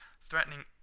threatening